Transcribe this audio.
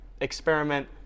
experiment